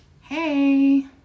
Hey